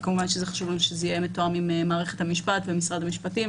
כמובן שחשוב לנו שזה יהיה מתואם עם מערכת המשפט ומשרד המשפטים,